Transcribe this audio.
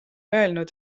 öelnud